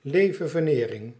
leve